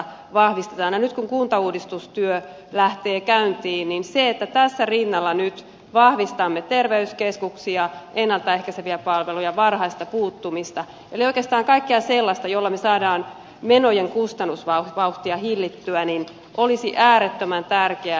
nyt kun kuntauudistustyö lähtee käyntiin niin se että tässä rinnalla nyt vahvistamme terveyskeskuksia ennalta ehkäiseviä palveluja varhaista puuttumista eli oikeastaan kaikkea sellaista jolla me saamme menojen kustannusvauhtia hillittyä olisi äärettömän tärkeää